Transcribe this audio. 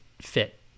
fit